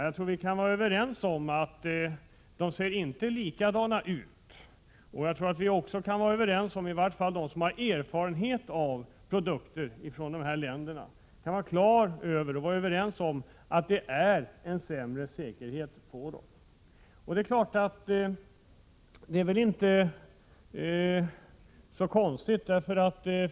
Jag tror att vi kan vara överens om att det inte är likadant, och i varje fall de som har erfarenheter av produkter från dessa länder kan vara överens om att säkerheten är sämre i andra länder.